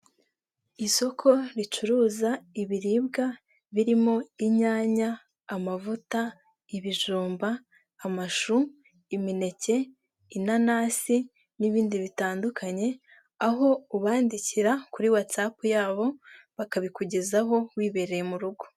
Isoko ricuruza ibiribwa birimo inyanya amavuta ibijumba amashu, imineke, inanasi, n'ibindi bitandukanye, aho ubandikira kuri watsapu yabo bakabikugezaho wibereye mu rugo.